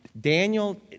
Daniel